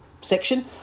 section